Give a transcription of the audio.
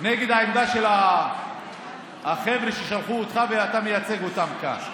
נגד העמדה של החבר'ה ששלחו אותך ואתה מייצג אותם כאן.